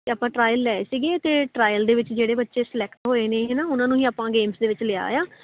ਅਤੇ ਆਪਾਂ ਟਰਾਇਲ ਲਏ ਸੀਗੇ ਅਤੇ ਟਰਾਇਲ ਦੇ ਵਿੱਚ ਜਿਹੜੇ ਬੱਚੇ ਸਲੈਕਟ ਹੋਏ ਨੇ ਉਹਨਾਂ ਨੂੰ ਹੀ ਆਪਾਂ ਗੇਮਸ ਦੇ ਵਿੱਚ ਲਿਆ ਆ